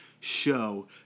show